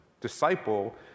disciple